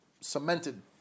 cemented